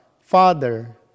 Father